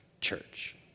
church